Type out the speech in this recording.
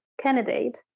candidate